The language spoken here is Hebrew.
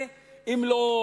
אם זה לא